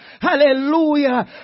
Hallelujah